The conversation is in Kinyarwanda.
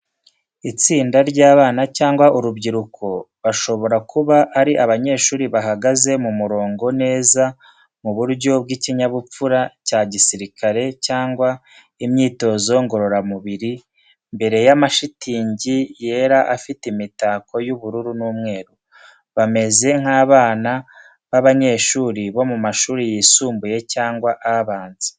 Itsinda ry'abana cyangwa urubyiruko bashobora kuba ari abanyeshuri bahagaze mu murongo neza mu buryo bw'ikinyabupfura cya gisirikare cyangwa imyitozo ngororamubiri, imbere y’amashitingi yera afite imitako y’ubururu n'umweru. Bameze nk’abana b’abanyeshuri bo mu mashuri yisumbuye cyangwa abanza.